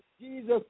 Jesus